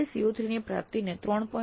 આપણે CO3 ની પ્રાપ્તિને 3